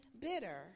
bitter